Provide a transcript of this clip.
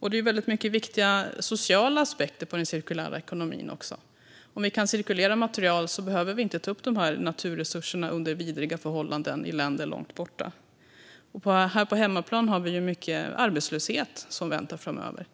Det finns många viktiga sociala aspekter på den cirkulära ekonomin också. Om vi kan cirkulera material behöver vi inte ta upp naturresurser under vidriga förhållanden i länder långt borta. Här på hemmaplan har vi ju mycket arbetslöshet som väntar framöver.